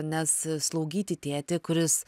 nes slaugyti tėtį kuris